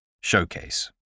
Showcase